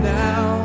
now